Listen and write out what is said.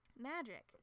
Magic